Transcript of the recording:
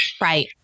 Right